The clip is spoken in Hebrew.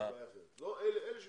אלה שמשוחררים,